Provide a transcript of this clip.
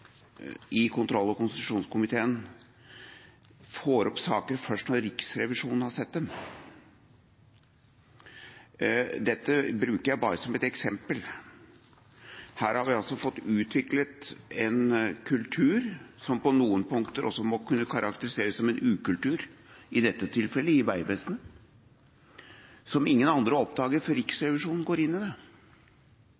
i kontroll- og konstitusjonskomiteen får opp saker først når Riksrevisjonen har sett dem. Dette bruker jeg bare som et eksempel. Her har vi altså fått utviklet en kultur, som på noen punkter også må kunne karakteriseres som en ukultur, i dette tilfellet i Vegvesenet, som ingen andre oppdager før Riksrevisjonen går inn i det.